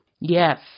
Yes